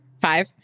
Five